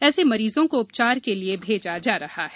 ऐसे मरीजों को उपचार के लिए भेजा जा रहा है